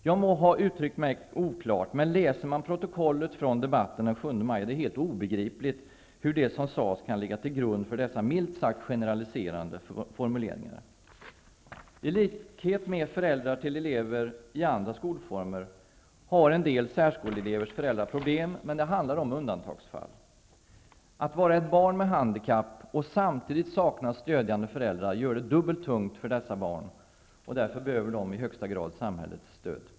Jag må ha uttryckt mig oklart, men läser man protokollet från debatten den 7 maj är det helt obegripligt hur det som sades kan ligga till grund för dessa milt sagt generaliserande formuleringar. I likhet med föräldrar till elever i andra skolformer har en del särskoleelevers föräldrar problem, men det handlar om undantagsfall. Att vara ett barn med handikapp och samtidigt sakna stödjande föräldrar gör det dubbelt tungt för dessa barn, och därför behöver de i högsta grad samhällets stöd.